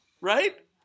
right